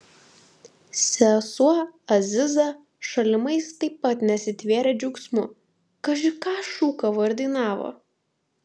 sesuo aziza šalimais taip pat nesitvėrė džiaugsmu kaži ką šūkavo ir dainavo